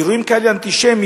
אירועים כאלה אנטישמיים,